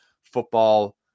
football